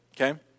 okay